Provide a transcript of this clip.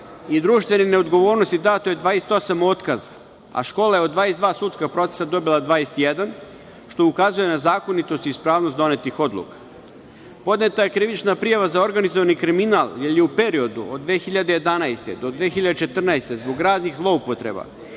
i društvenoj neodgovornosti dato je 28 otkaza, a škola je od 22 sudska procesa dobila 21, što ukazuje na zakonitost i ispravnost donetih odluka. Podneta je krivična prijava za organizovani kriminal, jer je u periodu od 2011. godine do 2014. godine zbog raznih zloupotreba